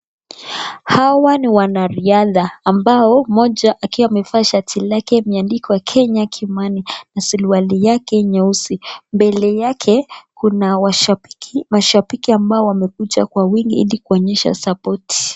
Hawa ni wanariadha ambao mmoja akiwa amevaa shati lake imeandikwa Kenya Kimani na suruali yake nyeusi, mbele yake kuna mashabiki ambao wamekuja kwa wingi ili kuonyesha support .